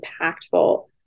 impactful